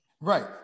Right